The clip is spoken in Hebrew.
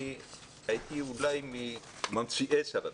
אני הייתי אולי מממציאי סל התרבות.